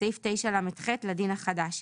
בסעיף 9לח לדין החדש;